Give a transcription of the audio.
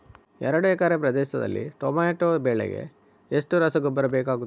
ಎರಡು ಎಕರೆ ಪ್ರದೇಶದಲ್ಲಿ ಟೊಮ್ಯಾಟೊ ಬೆಳೆಗೆ ಎಷ್ಟು ರಸಗೊಬ್ಬರ ಬೇಕಾಗುತ್ತದೆ?